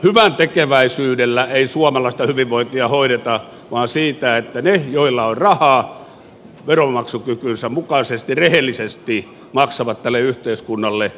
hyväntekeväisyydellä ei suomalaista hyvinvointia hoideta vaan sillä että ne joilla on rahaa veronmaksukykynsä mukaisesti rehellisesti maksavat tälle yhteiskunnalle veronsa